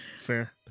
Fair